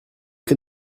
can